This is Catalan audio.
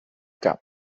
cap